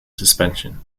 suspension